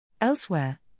Elsewhere